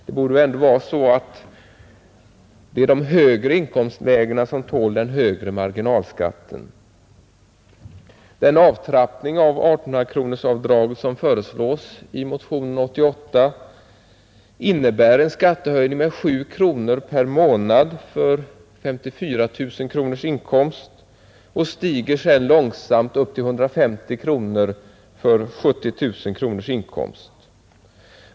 Det borde väl ändå vara så att det är de högre inkomstlägena som tål den högre marginalskatten. Den avtrappning av 1800-kronorsavdraget, som föreslås i motionen 88, innebär en skattehöjning med 7 kronor per månad för 54 000 kronors inkomst och stiger sedan långsamt till 150 kronor för 70 000 kronors inkomst.